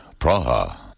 Praha